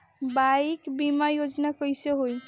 Bike बीमा योजना कैसे होई?